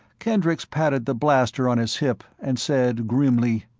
kendricks patted the blaster on his hip and said grimly,